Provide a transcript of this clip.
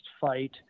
fight